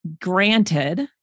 granted